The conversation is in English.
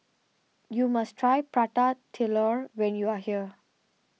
you must try Prata Telur when you are here